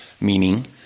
meaning